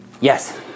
yes